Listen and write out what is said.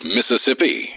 Mississippi